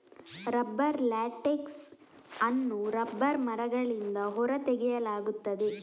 rubber latex ಅನ್ನು rubber ಮರಗಳಿಂದ ಹೊರ ತೆಗೆಯಲಾಗುತ್ತದೆ